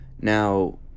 Now